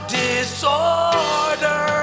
disorder